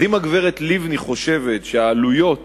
אז אם הגברת לבני חושבת שהעלויות